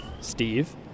Steve